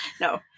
No